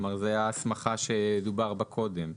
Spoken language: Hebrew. כלומר, זאת הסמכה בה דובר קודם.